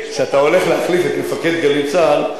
מפקד "גלי צה"ל",